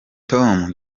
tom